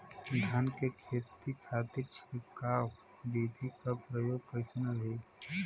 धान के खेती के खातीर छिड़काव विधी के प्रयोग कइसन रही?